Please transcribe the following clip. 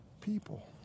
people